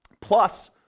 plus